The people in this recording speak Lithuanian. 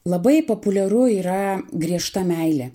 labai populiaru yra griežta meilė